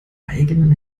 eigenen